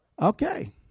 Okay